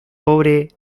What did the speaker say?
pobre